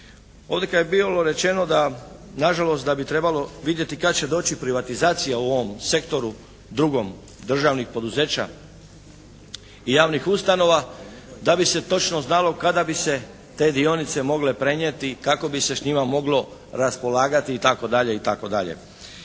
Ovdje je bilo rečeno da na žalost da bi trebalo vidjeti kada će doći privatizacija u ovom sektoru drugom državnih poduzeća i javnih ustanova, da bi se točno znalo kada bi se te dionice mogle prenijeti i kako bi se s njima moglo raspolagati itd. itd.